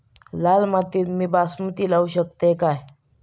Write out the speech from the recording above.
लाल मातीत मी बासमती लावू शकतय काय?